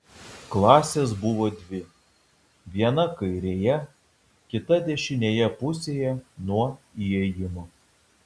klasės buvo dvi viena kairėje kita dešinėje pusėje nuo įėjimo